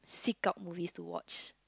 seek out movies to watch